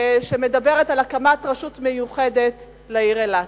הצעת חוק שמדברת על הקמת רשות מיוחדת לעיר אילת.